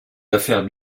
affaires